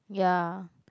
ya